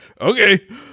Okay